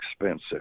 expensive